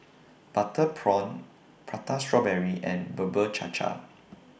Butter Prawn Prata Strawberry and Bubur Cha Cha